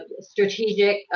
strategic